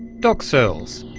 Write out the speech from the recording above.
doc searles.